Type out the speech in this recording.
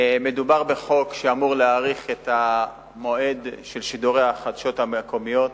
מדובר בחוק שאמור להאריך את מועד השידור של החדשות המקומיות.